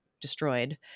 destroyed